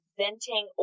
venting